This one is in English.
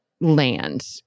land